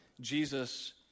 Jesus